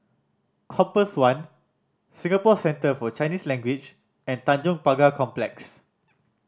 Compass One Singapore Center For Chinese Language and Tanjong Pagar Complex